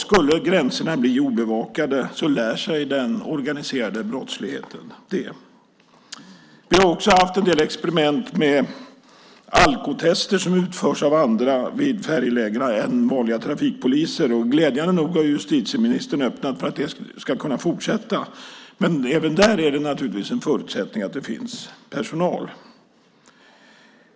Skulle gränserna bli obevakade lär sig den organiserade brottsligheten det. Vi har också haft en del experiment med alkotester som utförts av andra vid färjelägena än vanliga trafikpoliser. Glädjande nog har justitieministern öppnat för att det ska kunna fortsätta. Men även där är det naturligtvis en förutsättning att det finns personal.